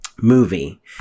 movie